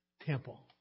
temple